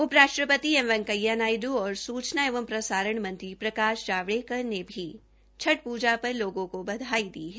उप राष्ट्रपति एम वैकेंया नायडू और सूचना एवं प्रसाण मंत्री प्रकाश जावड़ेकर ने भी प्जा पर लोगों को बधाई दी है